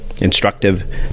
instructive